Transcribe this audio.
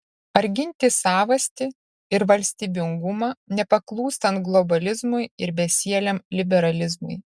ar ginti savastį ir valstybingumą nepaklūstant globalizmui ir besieliam liberalizmui